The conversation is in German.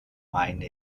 meine